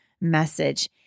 Message